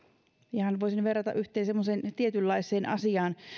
ihan voisin verrata yhteen semmoiseen tietynlaiseen asiaan